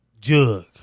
jug